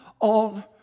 on